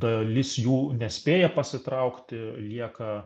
dalis jų nespėja pasitraukti lieka